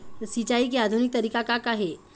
सिचाई के आधुनिक तरीका का का हे?